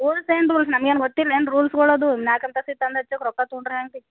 court ಏನು rule ನಮ್ಗೆ ಏನು ಗೊತ್ತಿಲ್ಲೇನು ರೂಲ್ಸ್ಗಳದು ನಾಲ್ಕು ಅಂತಸ್ತಿಗೆ ತಂದು ಹಚ್ಚಕ್ಕೆ ರೊಕ್ಕ ತೊಕೊಂಡ್ರೆ ಹ್ಯಾಂಗೆ ರೀ